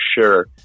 sure